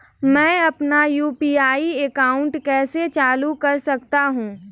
मैं अपना UPI account कैसे चालू कर सकता हूँ?